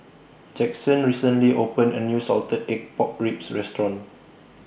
Jaxon recently opened A New Salted Egg Pork Ribs Restaurant